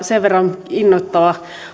sen verran innoittava